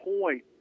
point